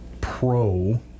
pro